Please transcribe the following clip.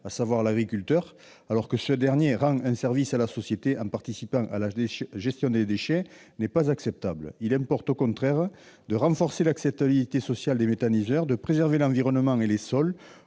à savoir l'agriculteur, alors que ce dernier rend un service à la société en participant à la gestion des déchets, n'est pas acceptable. Il importe, au contraire, de renforcer l'acceptabilité sociale des méthaniseurs, de préserver l'environnement et les sols